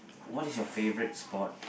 what is your favorite sport